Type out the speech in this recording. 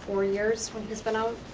four years when he's been out.